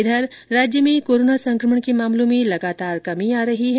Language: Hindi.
इधर राज्य में कोरोना संकमण के मामलों में लगातार कमी आ रही है